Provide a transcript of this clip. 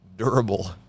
Durable